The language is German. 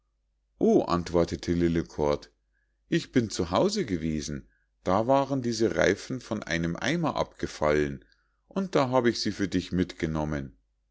o antwortete lillekort ich bin zu hause gewesen und da waren diese reifen von einem eimer abgefallen und da hab ich sie für dich mitgenommen